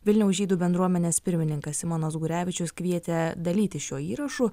vilniaus žydų bendruomenės pirmininkas simonas gurevičius kvietė dalytis šiuo įrašu